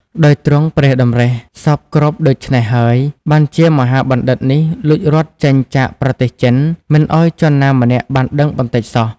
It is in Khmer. ដោយទ្រង់ព្រះតម្រិះសព្វគ្រប់ដូច្នេះហើយ បានជាមហាបណ្ឌិតនេះលួចរត់ចេញចាកប្រទេសចិន មិនឲ្យជនណាម្នាក់បានដឹងបន្តិចសោះ ។